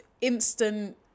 instant